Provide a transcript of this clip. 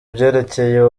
byerekeye